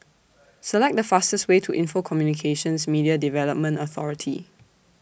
Select The fastest Way to Info Communications Media Development Authority